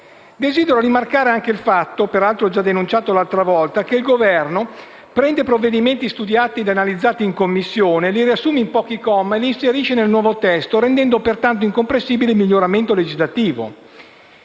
Desidero rimarcare il fatto, peraltro già denunciato, che il Governo prende provvedimenti studiati e analizzati in Commissione, li riassume in pochi commi, li inserisce nel nuovo testo, rendendo pertanto incomprensibile il miglioramento legislativo.